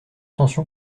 tension